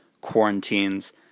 quarantines